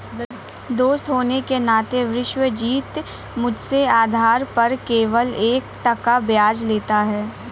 दोस्त होने के नाते विश्वजीत मुझसे उधार पर केवल एक टका ब्याज लेता है